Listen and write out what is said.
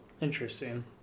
Interesting